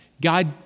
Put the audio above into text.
God